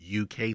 UK